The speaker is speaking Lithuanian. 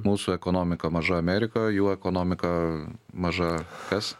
mūsų ekonomika maža amerikoje jų ekonomika maža kas